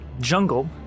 jungle